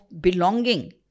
belonging